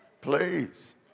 please